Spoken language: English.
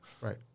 Right